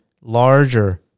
larger